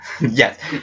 Yes